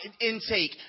intake